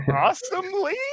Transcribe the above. awesomely